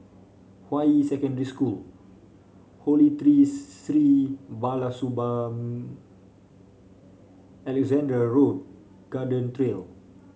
Hua Yi Secondary School Holy Tree Sri Balasubramaniar Alexandra Road Garden Trail